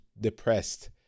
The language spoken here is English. depressed